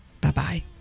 Bye-bye